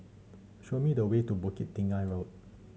show me the way to Bukit Tinggi Road